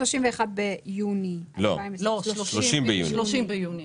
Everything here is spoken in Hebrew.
אין 30 ביוני,